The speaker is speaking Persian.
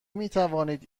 میتوانید